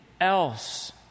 else